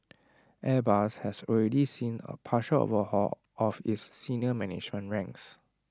airbus has already seen A partial overhaul of its senior management ranks